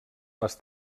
les